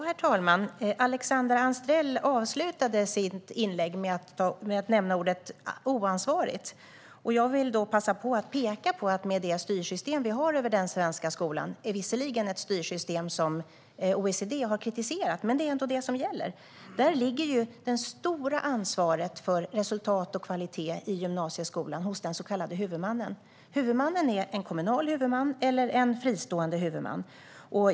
Herr talman! Alexandra Anstrell avslutade sitt inlägg med att nämna ordet oansvarigt. Styrsystemet över den svenska skolan har visserligen kritiserats av OECD, men det är ändå det som gäller. Där ligger det stora ansvaret för resultat och kvalitet i gymnasieskolan hos den så kallade huvudmannen. Huvudmannen är en kommunal huvudman eller en fristående huvudman.